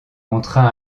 montra